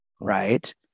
Right